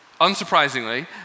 unsurprisingly